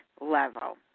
level